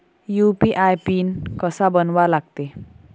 UPI PIN कसा बनवा लागते?